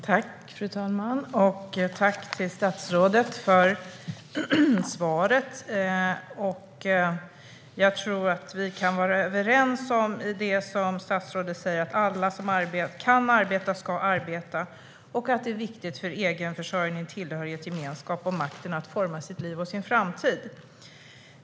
Fru talman! Jag tackar statsrådet för svaret. Jag tror att vi kan vara överens när statsrådet säger att alla som kan arbeta ska arbeta och att det är viktigt för egenförsörjning, tillhörighet, gemenskap och makten att forma sitt liv och sin framtid.